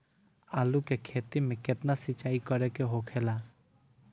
आलू के खेती में केतना सिंचाई करे के होखेला?